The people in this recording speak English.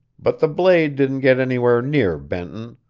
but the blade didn't get anywhere near benton.